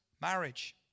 marriage